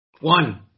One